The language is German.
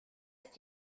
ist